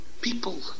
People